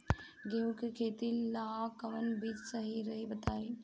गेहूं के खेती ला कोवन बीज सही रही बताई?